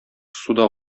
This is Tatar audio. суда